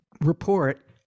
report